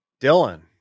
Dylan